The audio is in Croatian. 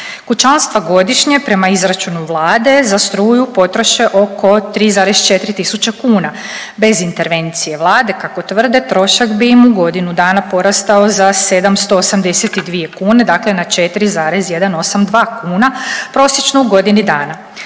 Kućanstva godišnje prema izračunu Vlade za struju potroše oko 3,4 tisuće kuna, bez intervencije Vlade kako tvrdi trošak bi im u godinu dana porastao za 782 kune dakle na 4,182 kuna prosječno u godini dana.